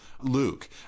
Luke